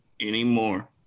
anymore